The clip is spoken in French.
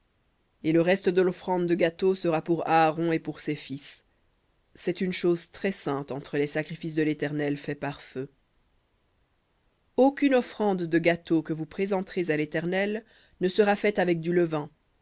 et le reste de l'offrande de gâteau sera pour aaron et pour ses fils une chose très-sainte entre les sacrifices de l'éternel faits par feu v aucune offrande de gâteau que vous présenterez à l'éternel ne sera faite avec du levain